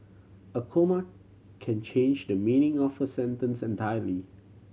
a comma can change the meaning of a sentence entirely